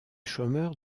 chômeurs